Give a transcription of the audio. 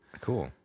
Cool